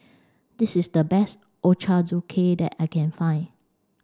this is the best Ochazuke that I can find